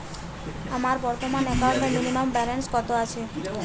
আমার বর্তমান একাউন্টে মিনিমাম ব্যালেন্স কত আছে?